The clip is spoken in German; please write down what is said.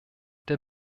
der